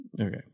Okay